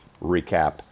recap